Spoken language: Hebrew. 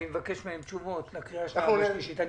אני אבקש מהם תשובות לקראת הקריאה השנייה והשלישית.